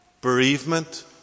bereavement